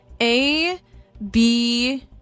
A-B